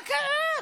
מה קרה?